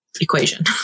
equation